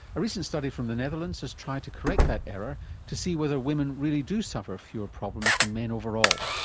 a recent study from the netherlands has tried to correct that error to see whether women really do suffer fewer problems than men overall.